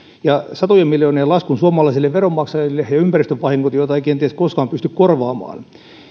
ja satojen miljoonien laskun suomalaisille veronmaksajille ja ympäristövahingot joita ei kenties koskaan pystytä korvaamaan